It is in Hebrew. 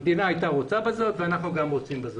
המדינה הייתה רוצה בזה וגם אנחנו רוצים בזה.